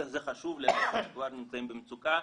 זה חשוב למי שכבר נמצאים במצוקה,